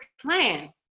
plan